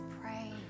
pray